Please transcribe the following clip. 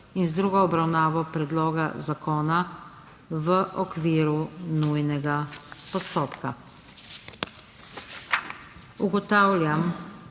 in z drugo obravnavo predloga zakona v okviru nujnega postopka.